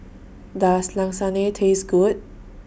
Does Lasagne Taste Good